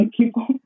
people